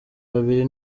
babiri